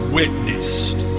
witnessed